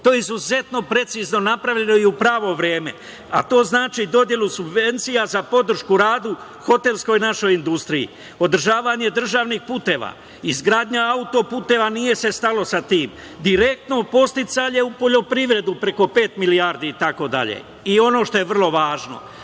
To je izuzetno precizno napravljeno i u pravo vreme, a to znači dodelu subvencija za podršku radu, hotelskoj našoj industriji. Održavanje državnih puteva, izgradnja autoputeva, nije se stalo sa tim, direktno podsticanje u poljoprivredu preko pet milijardi itd. Ono što je vrlo važno,